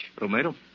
Romero